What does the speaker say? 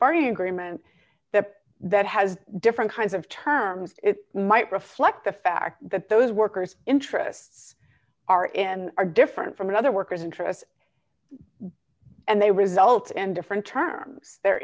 bargaining agreement that that has different kinds of terms it might reflect the fact that those workers interests are and are different from another workers interests and they result in different terms they're